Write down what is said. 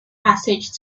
passage